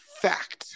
Fact